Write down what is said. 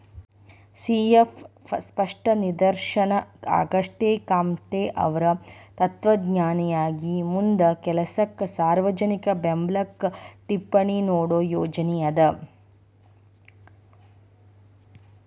C F ಸ್ಪಷ್ಟ ನಿದರ್ಶನ ಆಗಸ್ಟೆಕಾಮ್ಟೆಅವ್ರ್ ತತ್ವಜ್ಞಾನಿಯಾಗಿ ಮುಂದ ಕೆಲಸಕ್ಕ ಸಾರ್ವಜನಿಕ ಬೆಂಬ್ಲಕ್ಕ ಟಿಪ್ಪಣಿ ನೇಡೋ ಯೋಜನಿ ಅದ